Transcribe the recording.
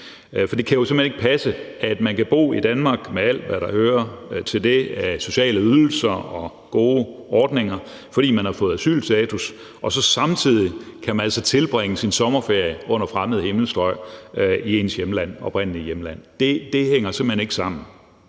For det kan jo simpelt hen ikke passe, at man kan bo i Danmark med alt, hvad der hører til det af sociale ydelser og gode ordninger, fordi man har fået asylstatus, og så samtidig kan tilbringe sin sommerferie under fremmede himmelstrøg i ens oprindelige hjemland. Det hænger simpelt hen ikke sammen,